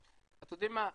אתם יודעים מה?